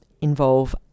involve